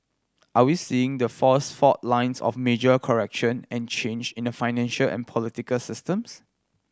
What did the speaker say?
are we seeing the first fault lines of a major correction and change in the financial and political systems